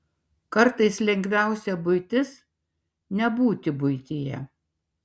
kartais lengviausia buitis nebūti buityje